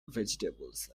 vegetables